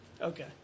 Okay